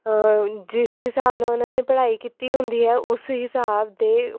ਜਿਸ ਹਿਸਾਬ ਨਾਲ ਉਨ੍ਹਾਂ ਨੇ ਪੜ੍ਹਾਈ ਕੀਤੀ ਹੁੰਦੀ ਹੈ ਉਸ ਹਿਸਾਬ ਦੇ